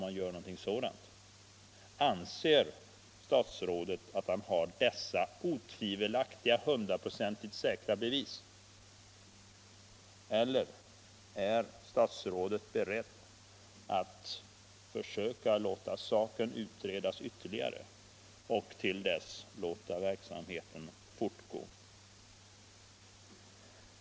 Anser sig statsrådet ha sådana otvivelaktiga, hundraprocentigt säkra bevis? Eller är statsrådet beredd att låta saken utredas ytterligare och tills så sker låta verksamheten fortgå?